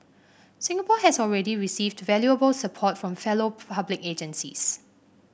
Singapore has already received valuable support from fellow public agencies